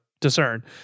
discern